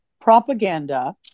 propaganda